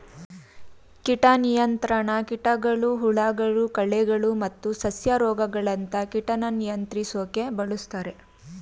ಕೀಟ ನಿಯಂತ್ರಣ ಕೀಟಗಳು ಹುಳಗಳು ಕಳೆಗಳು ಮತ್ತು ಸಸ್ಯ ರೋಗಗಳಂತ ಕೀಟನ ನಿಯಂತ್ರಿಸೋಕೆ ಬಳುಸ್ತಾರೆ